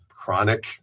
chronic